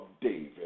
David